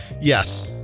Yes